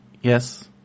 Yes